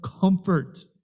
comfort